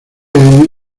año